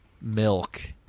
milk